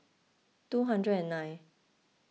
two hundred and nine